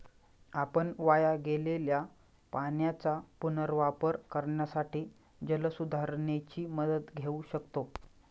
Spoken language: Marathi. आपण वाया गेलेल्या पाण्याचा पुनर्वापर करण्यासाठी जलसुधारणेची मदत घेऊ शकतो